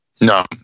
No